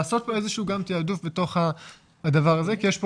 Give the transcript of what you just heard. לעשות פה תיעדוף בתוך הדבר הזה כי יש פה